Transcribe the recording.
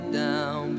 down